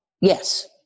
Yes